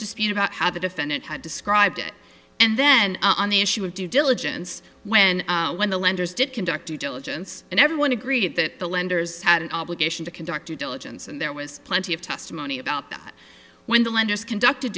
dispute about how the defendant had described it and then on the issue of due diligence when when the lenders did conduct due diligence and everyone agreed that the lenders had an obligation to conduct a diligence and there was plenty of testimony about that when the lenders conduct